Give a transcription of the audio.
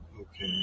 Okay